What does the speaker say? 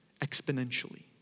exponentially